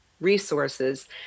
resources